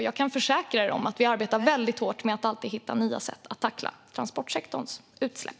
Jag kan försäkra er om att vi arbetar väldigt hårt med att alltid hitta nya sätt att tackla transportsektorns utsläpp.